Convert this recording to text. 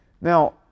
Now